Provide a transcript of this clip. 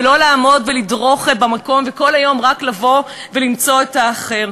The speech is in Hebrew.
ולא לעמוד ולדרוך במקום וכל היום רק לבוא ולמצוא את האחר.